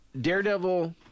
daredevil